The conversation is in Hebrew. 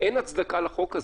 אין הצדקה לחוק הזה.